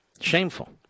Shameful